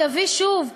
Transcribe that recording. יביא שוב,